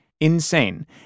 insane